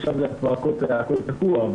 עכשיו הכול תקוע,